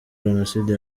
jenoside